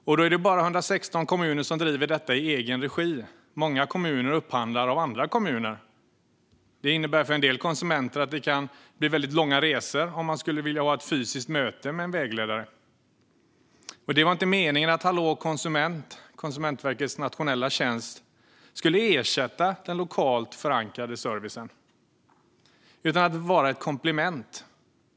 Bara 116 kommuner driver detta i egen regi. Många kommuner upphandlar av andra kommuner, vilket för en del konsumenter innebär väldigt långa resor om man skulle vilja ha ett fysiskt möte med en vägledare. Det var inte meningen att Konsumentverkets nationella tjänst Hallå konsument skulle ersätta den lokalt förankrade servicen, utan det skulle vara ett komplement.